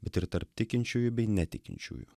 bet ir tarp tikinčiųjų bei netikinčiųjų